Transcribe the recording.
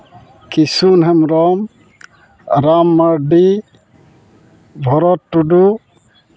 Kisun Hembrom Ram Marndi Bharat Tudu